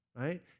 right